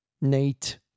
Nate